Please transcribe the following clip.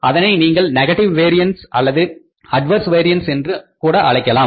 அதனை நீங்கள் negative variance அல்லது அட்வர்ஸ் வேரியன்ஸ் என்று கூறலாம்